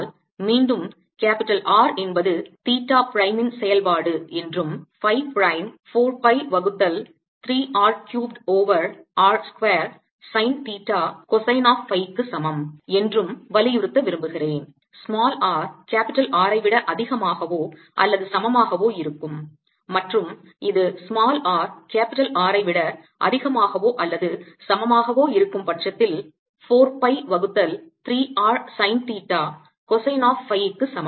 மீண்டும் capital R என்பது theta prime இன் செயல்பாடு என்றும் phi பிரைம் 4 pi வகுத்தல் 3 R cubed over r square sine theta cosine of phi க்கு சமம் என்றும் வலியுறுத்த விரும்புகிறேன் r R ஐ விட அதிகமாகவோ அல்லது சமமாகவோ இருக்கும் மற்றும் இது r R ஐ விட அதிகமாகவோ அல்லது சமமாகவோ இருக்கும் பட்சத்தில் 4 pi வகுத்தல் 3 r sine theta cosine of phi க்கு சமம்